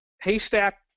Haystack